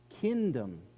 kingdom